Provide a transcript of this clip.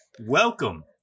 Welcome